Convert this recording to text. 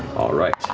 all right.